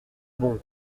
bon